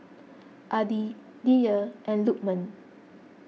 Adi Dhia and Lukman